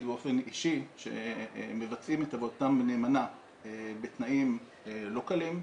באופן אישי שהם מבצעים את עבודתם נאמנה בתנאים לא קלים,